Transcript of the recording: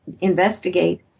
investigate